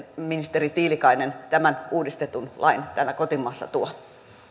ministeri tiilikainen tämän uudistetun lain täällä kotimaassa tuo